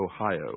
Ohio